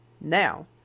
now